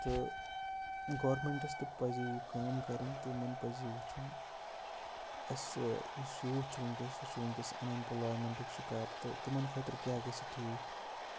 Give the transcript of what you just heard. تہٕ گورمٮ۪نٛٹَس تہِ پَزِ یہِ کٲم کَرٕنۍ تِمَن پَزِ یہِ وٕچھُن اَسہِ یُس یوٗتھ چھُ وٕنۍکٮ۪س سُہ چھُ وٕنۍکٮ۪س اَن اٮ۪مپٕلایمٮ۪نٛٹُک شِکار تہٕ تِمَن خٲطرٕ کیٛاہ گژھِ ٹھیٖک